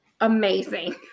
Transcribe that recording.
amazing